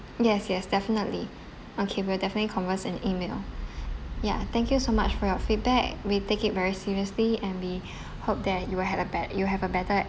yes yes definitely okay we'll definitely converse and email ya thank you so much for your feedback we take it very seriously and we hope that you will have a bet~ you have a better